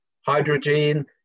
hydrogen